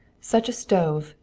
such a stove!